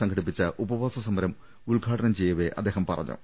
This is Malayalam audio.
സംഘടിപ്പിച്ച ഉപ വാസസമരം ഉദ്ഘാടനം ചെയ്യവെ അദ്ദേഹം പറഞ്ഞു